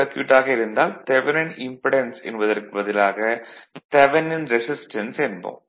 சர்க்யூட்டாக இருந்தால் தெவனின் இம்படென்ஸ் என்பதற்கு பதிலாக தெவனின் ரெசிஸ்டன்ஸ் என்போம்